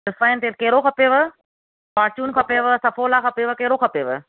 refined तेल कहिड़ो खपेव फार्चून खपेव सफोला खपेव कहिड़ो खपेव